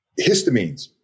histamines